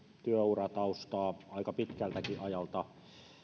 työurataustaa aika pitkältäkin ajalta